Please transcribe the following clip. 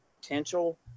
potential